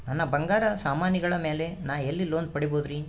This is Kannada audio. ನನ್ನ ಬಂಗಾರ ಸಾಮಾನಿಗಳ ಮ್ಯಾಲೆ ನಾ ಎಲ್ಲಿ ಲೋನ್ ಪಡಿಬೋದರಿ?